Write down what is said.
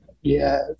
Yes